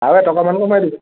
আৰু এটকামান কমাই দিব